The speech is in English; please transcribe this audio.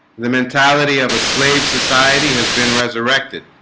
the mentality of a slave society has been resurrected